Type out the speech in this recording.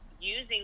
using